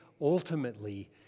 ultimately